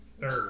Third